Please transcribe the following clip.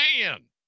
Man